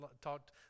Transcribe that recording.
talked